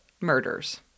murders